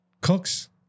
Cooks